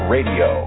Radio